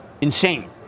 insane